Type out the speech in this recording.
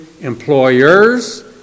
employers